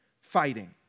fighting